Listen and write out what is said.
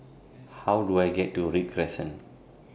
How Do I get to Read Crescent